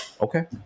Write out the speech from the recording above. okay